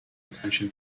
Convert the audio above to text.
attention